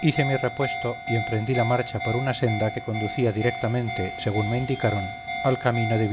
hice mi repuesto y emprendí la marcha por una senda que conducía directamente según me indicaron al camino de